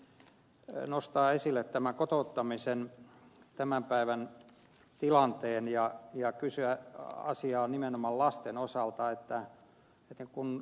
minä haluaisin nostaa esille kotouttamisen tämän päivän tilanteen ja kysyä asiaa nimenomaan lasten osalta